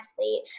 athlete